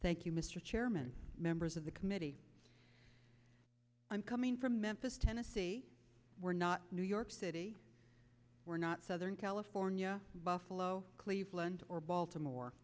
thank you mr chairman members of the committee i'm coming from memphis tennessee we're not new york city we're not southern california buffalo cleveland or baltimore